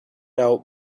out